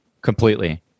Completely